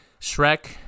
Shrek